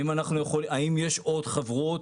האם יש עוד חברות,